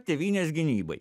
tėvynės gynybai